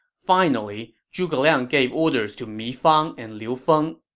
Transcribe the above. finally, zhuge liang gave orders to mi fang and liu feng.